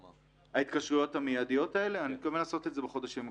את ההתקשרויות המידיות האלה אני מתכוון לעשות בחודשים הקרובים.